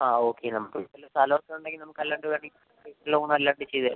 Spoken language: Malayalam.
ആ ഓക്കെ നമുക്ക് വല്ല സ്ഥലം ഒക്കെ ഉണ്ടെങ്കിൽ അല്ലാണ്ട് വേണമെങ്കിൽ ലോൺ അല്ലാണ്ട് ചെയ്ത് തരാം